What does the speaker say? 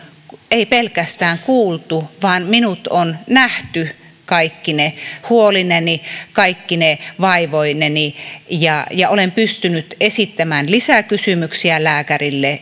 ei pelkästään kuultu vaan hänet on nähty kaikkine huolineen kaikkine vaivoineen ja hän on pystynyt esittämään lisäkysymyksiä lääkärille